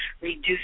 reduce